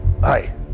hi